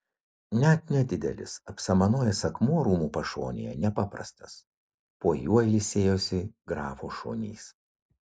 net nedidelis apsamanojęs akmuo rūmų pašonėje nepaprastas po juo ilsėjosi grafo šunys